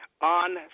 on